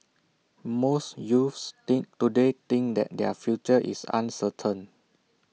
most youths think today think that their future is uncertain